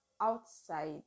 outside